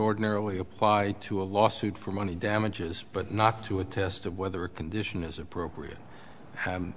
ordinarily apply to a lawsuit for money damages but not to a test of whether a condition is appropriate